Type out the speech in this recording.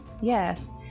Yes